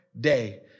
day